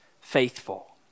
faithful